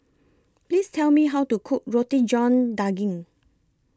Please Tell Me How to Cook Roti John Daging